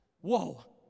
Whoa